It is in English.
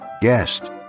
guest